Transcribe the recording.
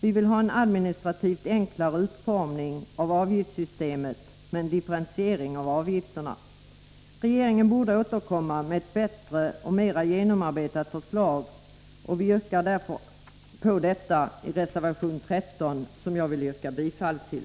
Vi vill ha en administrativt enklare utformning av avgiftssystemet med en diffentiering av avgifterna. Regeringen borde återkomma med ett bättre och mer genomarbetat förslag. Vi föreslår detta i reservation 13, som jag yrkar bifall till.